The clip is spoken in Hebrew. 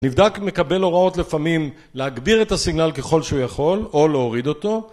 נבדק מקבל הוראות לפעמים להגביר את הסיגנל ככל שהוא יכול, או להוריד אותו